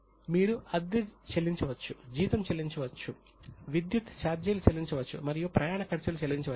మీరు అద్దె చెల్లించవచ్చు జీతం చెల్లించవచ్చు విద్యుత్ ఛార్జీలు చెల్లించవచ్చు మరియు ప్రయాణ ఖర్చులు చెల్లించవచ్చు